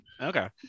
Okay